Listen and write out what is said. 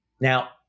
Now